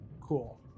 Cool